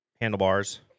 handlebars